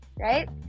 right